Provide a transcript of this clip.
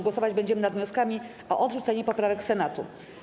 Głosować będziemy nad wnioskami o odrzucenie poprawek Senatu.